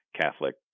Catholic